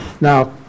Now